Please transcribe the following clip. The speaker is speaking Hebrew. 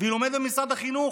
והיא לומדת במשרד החינוך.